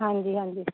ਹਾਂਜੀ ਹਾਂਜੀ